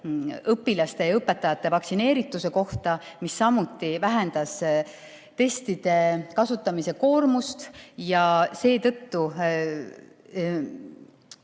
õpilaste ja õpetajate vaktsineerituse kohta, mis samuti vähendas testide kasutamise koormust. Seetõttu